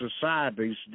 societies